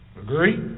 Agree